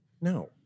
No